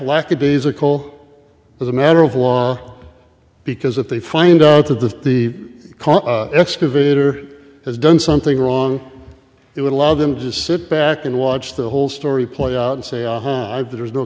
lackadaisical as a matter of law because if they find out that the car excavator has done something wrong it would allow them to just sit back and watch the whole story play out and say aha i've there's no